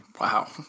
Wow